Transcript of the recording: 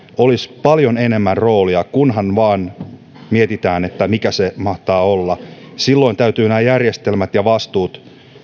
olisi paljon enemmän roolia kunhan vain mietitään mikä se mahtaa olla silloin täytyy nämä järjestelmät ja vastuut